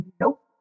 nope